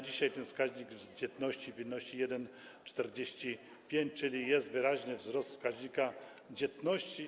Dzisiaj ten wskaźnik dzietności wynosi 1,45, czyli jest wyraźny wzrost wskaźnika dzietności.